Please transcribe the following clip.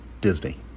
Disney